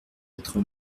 quatre